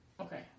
Okay